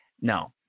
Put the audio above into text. No